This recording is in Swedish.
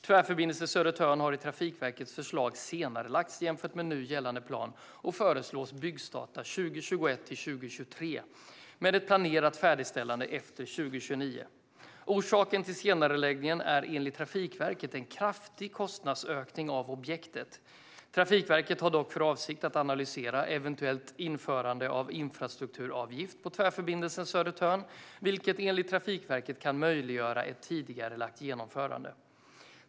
Tvärförbindelse Södertörn har i Trafikverkets förslag senarelagts jämfört med nu gällande plan och föreslås byggstarta 2021-2023 med ett planerat färdigställande efter 2029. Orsaken till senareläggningen är enligt Trafikverket en kraftig kostnadsökning av objektet. Trafikverket har dock för avsikt att analysera eventuellt införande av infrastrukturavgift på Tvärförbindelsen Södertörn, vilket enligt Trafikverket kan möjliggöra ett tidigarelagt genomförande.